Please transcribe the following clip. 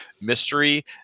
mystery